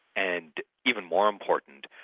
and even more important,